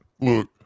Look